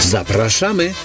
Zapraszamy